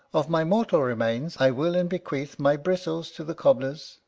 of my mortal remains, i will and bequeath my bristles to the cobblers,